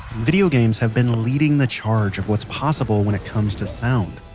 video games have been leading the charge of what's possible when it comes to sound.